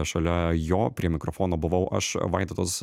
šalia jo prie mikrofono buvau aš vaidotas